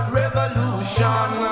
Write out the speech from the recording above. revolution